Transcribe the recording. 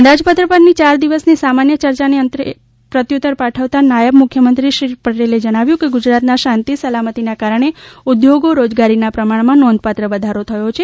અંદાજપત્ર પરની ચાર દિવસની સામાન્ય ચર્ચાને અંતે પ્રત્યુત્તર પાઠવતા નાયબ મુખ્યમંત્રી શ્રી પટેલે કહ્યું કે ગુજરાતના શાંતિ સલામતીના કારણે ઉદ્યોગો રોજગારીના પ્રમાણમાં નોંધપાત્ર વધારો થયો છે